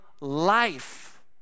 life